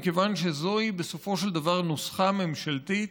מכיוון שזוהי בסופו של דבר נוסחה ממשלתית,